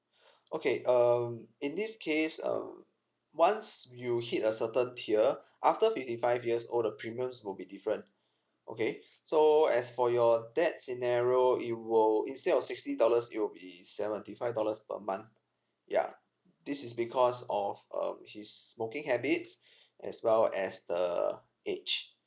okay um in this case um once you hit a certain tier after fifty five years old the premiums will be different okay so as for your dad scenario it will instead of sixty dollars it will be seventy five dollars per month yeah this is because of um his smoking habits as well as the age